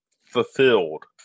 fulfilled